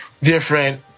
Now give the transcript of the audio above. different